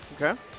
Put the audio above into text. Okay